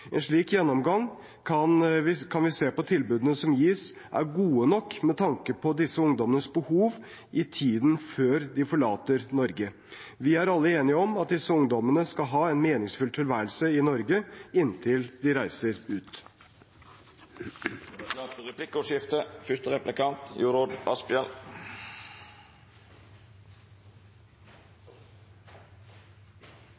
en slik gjennomgang kan vi se på om tilbudene som gis, er gode nok med tanke på disse ungdommenes behov i tiden før de forlater Norge. Vi er alle enige om at disse ungdommene skal ha en meningsfull tilværelse i Norge inntil de reiser ut. Det vert replikkordskifte.